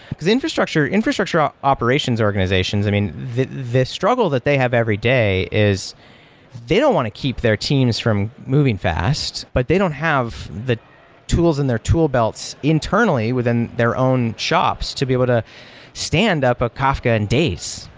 because infrastructure infrastructure ah operations organizations, i mean the struggle that they have every day is they don't want to keep their teams from moving fast, but they don't have the tools in their tool belts internally within their own shops to be able to stand up a kafka in days,